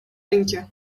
рынке